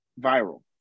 viral